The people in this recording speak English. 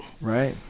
right